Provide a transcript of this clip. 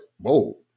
whoa